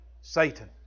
Satan